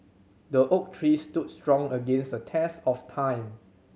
the oak tree stood strong against the test of time